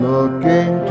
Looking